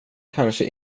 kanske